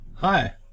Hi